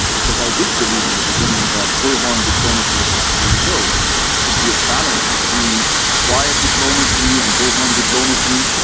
because i did believe in the beginning that bullhorn diplomacy was not the way to go, and that there should be a balance between quiet diplomacy and bullhorn diplomacy,